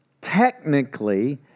technically